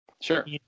Sure